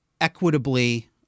equitably –